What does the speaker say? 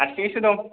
हारसिङै सो दं